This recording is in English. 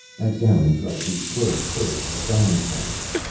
as garin tried to probe further a gong sounded.